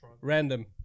random